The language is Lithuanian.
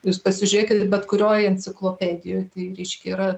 jūs pasižiūrėkit bet kurioj enciklopedijoj reiškia yra